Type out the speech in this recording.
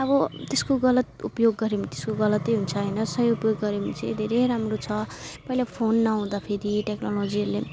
आब त्यसको गलत उपयोग गर्यो भने त्यसको गलतै हुन्छ हैन सही उपयोग गरे भने चाहिँ धेरै राम्रो छ पहिला फोन नहुँदाखेरि टेक्नोलोजीले